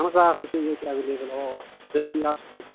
اَہَن حظ آ سُہ تہِ گژھِ ایویلیبٔل آوا اَوا دٔستِیاب سُہ تہِ